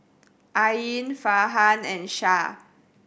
Ain Farhan and Shah